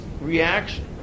reaction